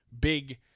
big